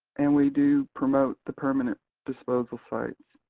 and we do promote the permanent disposal sites.